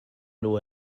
nhw